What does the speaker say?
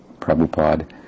Prabhupada